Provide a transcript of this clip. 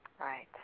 Right